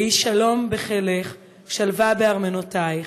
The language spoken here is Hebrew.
יהי שלום בחילך שלוה בארמְנותיִך.